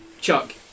Chuck